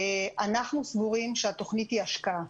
אנחנו סבורים שהתוכנית היא השקעה.